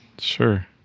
Sure